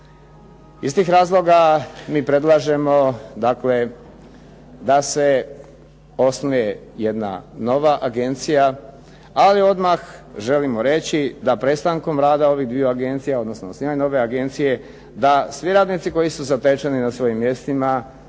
Iz tih razloga mi predlažemo dakle da se osnuje jedna nova agencija, ali odmah želimo reći da prestankom rada ovih dviju agencija, odnosno osnivanjem nove agencije, da svi radnici koji su zatečeni na svojim mjestima